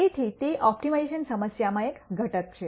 તેથી તે ઓપ્ટિમાઇઝેશન સમસ્યામાં એક ઘટક છે